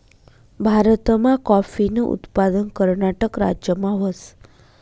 भारतमा काॅफीनं उत्पादन कर्नाटक राज्यमा व्हस